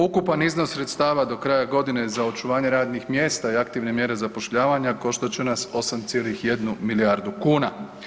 Ukupan iznos sredstava do kraja godine za očuvanje radnih mjesta i aktivne mjere zapošljavanja koštat će nas 8,1 milijardu kuna.